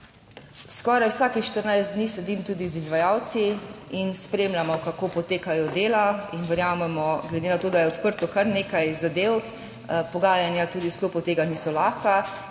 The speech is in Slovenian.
Skoraj vsakih 14 dni sedim tudi z izvajalci in spremljamo, kako potekajo dela in verjamemo, glede na to, da je odprto kar nekaj zadev, pogajanja tudi v sklopu tega niso lahka